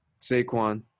Saquon